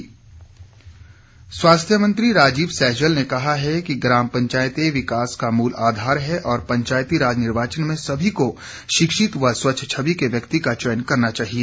राजीव सैजल स्वास्थ्य मंत्री राजीव सैजल ने कहा है कि ग्राम पंचायतें विकास का मूल आधार है और पंचायती राज निर्वाचन में सभी को शिक्षित व स्वच्छ छवी के व्यक्ति का चयन करना चाहिए